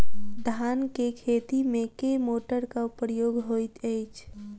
धान केँ खेती मे केँ मोटरक प्रयोग होइत अछि?